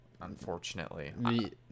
unfortunately